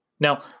Now